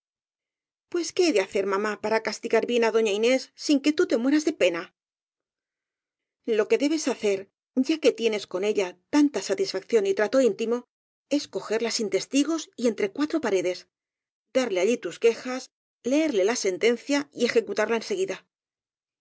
pues qué he de hacer mamá para castigar bien á doña inés sin que tú te mueras de pena lo que debes hacer ya que tienes con ella tanta satisfacción y trato íntimo es cogerla sin tes tigos y entre cuatro paredes darle allí tus quejas leerle la sentencia y ejecutarla